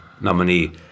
nominee